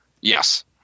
yes